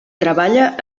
treballa